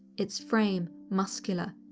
its frame muscular.